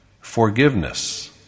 forgiveness